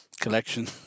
collection